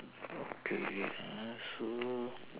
okay wait ah so